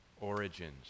origins